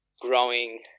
growing